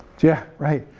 yeah, right,